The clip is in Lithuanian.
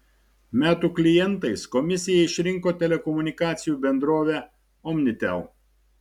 metų klientais komisija išrinko telekomunikacijų bendrovę omnitel